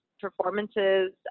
performances